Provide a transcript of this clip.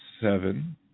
seven